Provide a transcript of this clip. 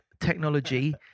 technology